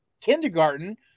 kindergarten